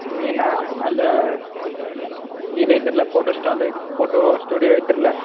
ನೀನು ಅಲ್ಲಿ ಇದು ಐತ್ರಲ್ಲ ಫೋಟೋ ಸ್ಟಾಲ್ ಐತ್ ಫೋಟೋ ಸ್ಟುಡ್ಯೋ ಐತ್ರಲ್ಲ